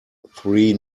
three